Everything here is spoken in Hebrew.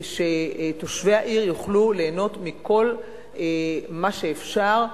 שתושבי העיר יוכלו ליהנות מכל מה שאפשר,